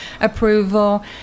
approval